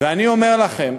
ואני אומר לכם,